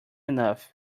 enough